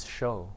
show